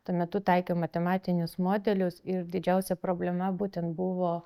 tuo metu taikiau matematinius modelius ir didžiausia problema būtent buvo